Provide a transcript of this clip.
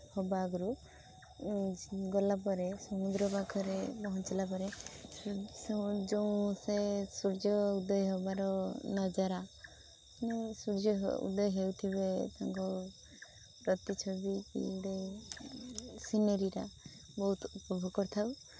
ହେବା ଆଗରୁ ଗଲା ପରେ ସମୁଦ୍ର ପାଖରେ ପହଞ୍ଚିଲା ପରେ ସେ ଯେଉଁ ସେ ସୂର୍ଯ୍ୟ ଉଦୟ ହେବାର ନଜାରା ମୁଁ ସୂର୍ଯ୍ୟ ଉଦୟ ହେଉଥିବେ ତାଙ୍କ ପ୍ରତିଛବି ସିନେରୀଟା ବହୁତ ଉପଭୋଗ କରିଥାଉ